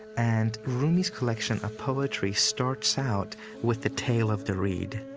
and rumi's collection of poetry starts out with the tale of the reed.